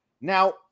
Now